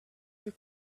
the